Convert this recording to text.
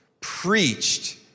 preached